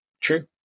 true